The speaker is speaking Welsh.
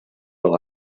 fel